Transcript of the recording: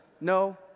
No